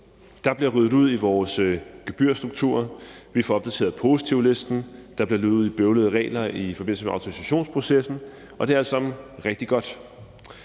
Der bliver ryddet ud i vores gebyrstruktur, vi får opdateret positivlisten, der bliver luget ud i bøvlede regler i forbindelse med autorisationsprocessen, og det er alt sammen rigtig godt.